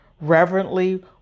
reverently